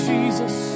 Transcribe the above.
Jesus